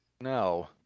No